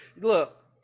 Look